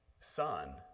son